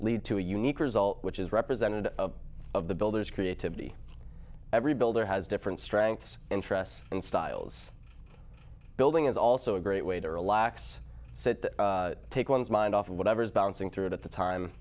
lead to a unique result which is representative of the builders creativity every builder has different strengths interests and styles building is also a great way to relax take one's mind off whatever's bouncing through it at the time